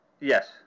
yes